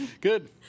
Good